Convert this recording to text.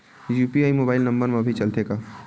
UPI mobile number मा भी चलते हे का?